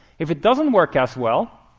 if it doesn't work as well,